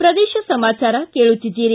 ಪ್ರದೇಶ ಸಮಾಚಾರ ಕೇಳುತ್ತಿದ್ದೀರಿ